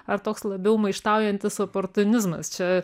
ar toks labiau maištaujantis oportunizmas čia